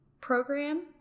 program